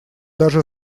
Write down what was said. даже